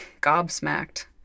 Gobsmacked